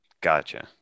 Gotcha